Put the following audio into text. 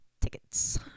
Tickets